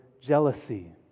jealousy